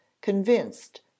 convinced